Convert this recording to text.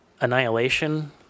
Annihilation